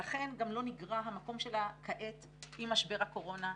לכן גם לא נגרע המקום שלה כעת עם משבר הקורונה.